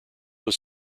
was